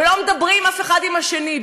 ולא מדברים אחד עם השני,